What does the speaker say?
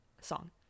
song